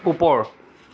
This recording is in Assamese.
ওপৰ